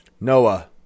Noah